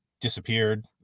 disappeared